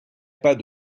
pas